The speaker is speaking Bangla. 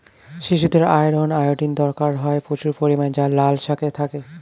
শিশুদের আয়রন, আয়োডিন দরকার হয় প্রচুর পরিমাণে যা লাল শাকে থাকে